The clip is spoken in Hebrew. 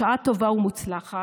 בשעה טובה ומוצלחת,